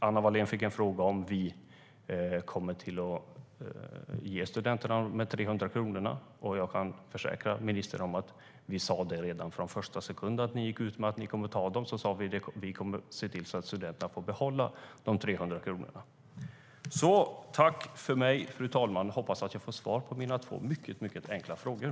Anna Wallén fick frågan om vi kommer att ge studenterna de här 300 kronorna. Jag kan försäkra ministern om att vi från första sekund sedan ni gick ut med att ni skulle ta de här pengarna har sagt att vi kommer att se till att studenterna får behålla de 300 kronorna. Jag hoppas att jag får svar på mina två mycket enkla frågor.